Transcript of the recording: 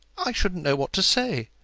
i shouldn't know what to say.